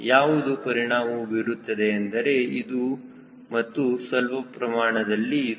ಯಾವುದು ಪರಿಣಾಮ ಬೀರುತ್ತದೆ ಎಂದರೆ ಇದು ಮತ್ತು ಸ್ವಲ್ಪ ಪ್ರಮಾಣದಲ್ಲಿ ಇದು